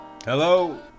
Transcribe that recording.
hello